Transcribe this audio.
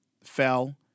fell